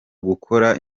gukora